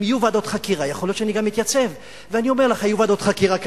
אם יהיו ועדות חקירה יכול להיות שאני גם אתייצב.